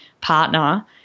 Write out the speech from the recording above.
partner